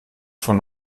von